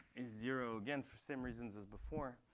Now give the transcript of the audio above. is zero, again, for same reasons as before.